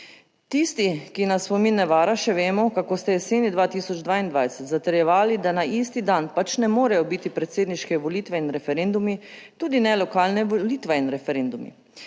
Tisti, ki nas spomin ne vara, še vemo kako ste jeseni 2022 zatrjevali, da na isti dan pač ne morejo biti predsedniške volitve in referendumi tudi ne lokalne volitve in referendumi.